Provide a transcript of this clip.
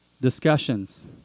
discussions